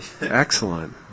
Excellent